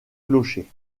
clocher